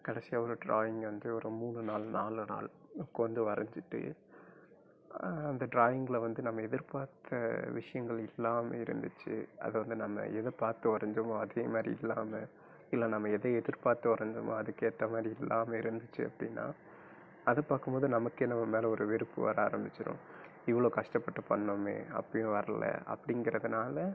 கடைசியாக ஒரு டிராயிங்கை வந்து ஒரு மூணு நாள் நாலு நாள் கொஞ்சம் வரைஞ்சிட்டு அந்த டிராயிங்கில் வந்து நம்ம எதிர்பார்த்த விஷயங்கள் இல்லாமே இருந்துச்சு அதை வந்து நம்ம எதை பார்த்து வரைஞ்சமோ அதே மாதிரி இல்லாமல் இல்லை நம்ம எதை எதிர்பார்த்து வரைஞ்சமோ அதுக்கேற்ற மாதிரி இல்லாமல் இருந்துச்சு அப்படின்னா அதை பார்க்கும்மோது நமக்கே நம்ம மேல் ஒரு வெறுப்பு வர ஆரமிச்சிடும் இவ்வளோ கஷ்டப்பட்டு பண்ணோமே அப்போயும் வரல அப்படிங்கிறதுனால